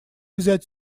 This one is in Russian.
взять